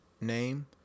name